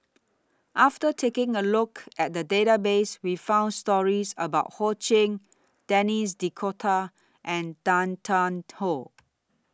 after taking A Look At The Database We found stories about Ho Ching Denis D'Cotta and Tan Tarn How